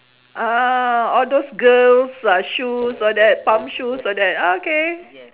ah all those girls ah shoes all that tom shoes all that ah okay